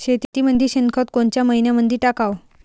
मातीमंदी शेणखत कोनच्या मइन्यामंधी टाकाव?